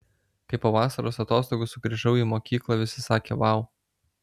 kai po vasaros atostogų sugrįžau į mokyklą visi sakė vau